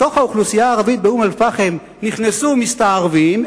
לתוך האוכלוסייה הערבית באום-אל-פחם נכנסו מסתערבים,